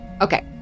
Okay